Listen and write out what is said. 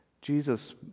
Jesus